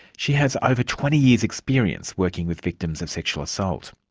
she has over twenty years' experience working with victims of sexual assault.